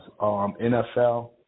NFL